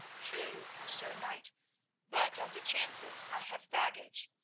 true, sir knight but, as it chances, i have baggage.